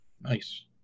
Nice